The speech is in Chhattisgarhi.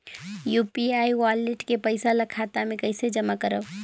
यू.पी.आई वालेट के पईसा ल खाता मे कइसे जमा करव?